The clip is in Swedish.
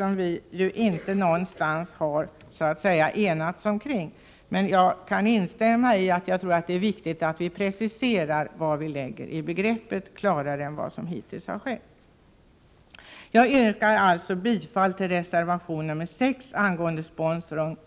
Någon sådan definition har vi inte i något sammanhang enats kring, men jag kan instämma i att det är viktigt att vi klarare än hittills preciserar vilken betydelse vi lägger in i begreppet. Jag yrkar alltså bifall till reservation 6 angående